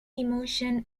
emotion